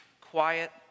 Quiet